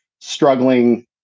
struggling